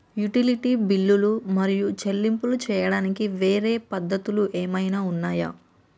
Utility బిల్లులు మరియు చెల్లింపులు చేయడానికి వేరే పద్ధతులు ఏమైనా ఉన్నాయా?